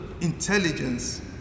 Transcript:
intelligence